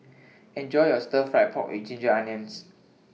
Enjoy your Stir Fried Pork with Ginger Onions